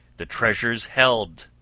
the treasures held,